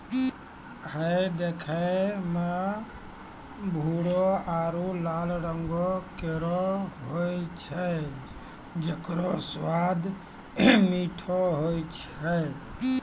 हय देखै म भूरो आरु लाल रंगों केरो होय छै जेकरो स्वाद मीठो होय छै